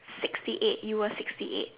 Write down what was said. sixty eight you were sixty eight